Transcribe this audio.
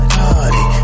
party